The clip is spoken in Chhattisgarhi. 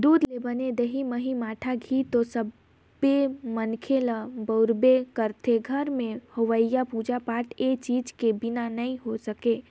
दूद ले बने दही, मही, मठा, घींव तो सब्बो मनखे ह बउरबे करथे, घर में होवईया पूजा पाठ ए चीज के बिना नइ हो सके